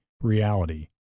reality